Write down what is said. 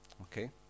Okay